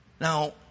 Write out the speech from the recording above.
Now